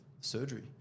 surgery